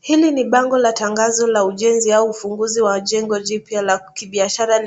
Hini ni bango la tangazo la ujenzi ya ufunguzi wa jengo jipya la kibiashara